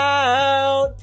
out